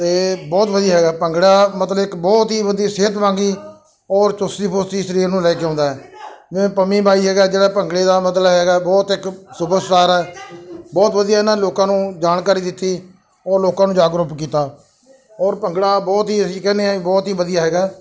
ਅਤੇ ਬਹੁਤ ਵਧੀਆ ਹੈਗਾ ਭੰਗੜਾ ਮਤਲਬ ਇੱਕ ਬਹੁਤ ਹੀ ਵਧੀਆ ਸਿਹਤ ਦਿਮਾਗੀ ਔਰ ਚੁਸਤੀ ਫ਼ੁਰਤੀ ਸਰੀਰ ਨੂੰ ਲੈ ਕੇ ਆਉਂਦਾ ਜਿਵੇਂ ਪੰਮੀ ਬਾਈ ਹੈਗਾ ਜਿਹੜਾ ਭੰਗੜੇ ਦਾ ਮਤਲਬ ਹੈਗਾ ਬਹੁਤ ਇੱਕ ਸੁਪਰਸਟਾਰ ਹੈ ਬਹੁਤ ਵਧੀਆ ਇਹਨਾਂ ਲੋਕਾਂ ਨੂੰ ਜਾਣਕਾਰੀ ਦਿੱਤੀ ਉਹ ਲੋਕਾਂ ਨੂੰ ਜਾਗਰੁਕ ਕੀਤਾ ਔਰ ਭੰਗੜਾ ਬਹੁਤ ਹੀ ਅਸੀਂ ਕਹਿੰਦੇ ਹਾਂ ਬਹੁਤ ਹੀ ਵਧੀਆ ਹੈਗਾ